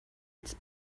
its